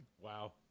Wow